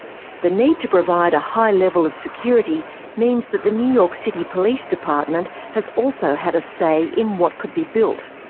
the need to provide a high level of security means that the new york city police department has also had a say in what could be built.